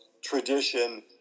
tradition